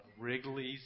Wrigley's